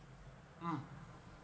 mm